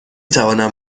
توانم